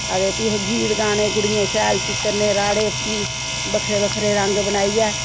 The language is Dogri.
ते फ्ही गीत गाने कुड़ियें शैल चित्तरने राह्ड़े बक्खरे बक्खरे रंग बनाइयै